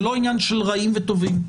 זה לא עניין של רעים וטובים.